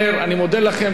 תודה לכולם.